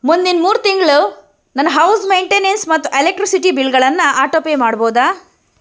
ಮುಂದಿನ ಮೂರು ತಿಂಗಳು ನನ್ನ ಹೌಸ್ ಮೇಂಟೆನೆನ್ಸ್ ಮತ್ತು ಎಲೆಕ್ಟ್ರಿಸಿಟಿ ಬಿಲ್ಗಳನ್ನು ಆಟೋ ಪೇ ಮಾಡ್ಬೋದಾ